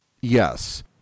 Yes